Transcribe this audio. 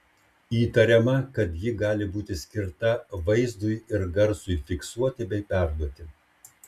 įtariama kad ji gali būti skirta vaizdui ir garsui fiksuoti bei perduoti